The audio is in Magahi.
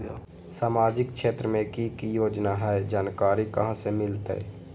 सामाजिक क्षेत्र मे कि की योजना है जानकारी कहाँ से मिलतै?